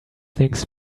things